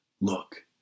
look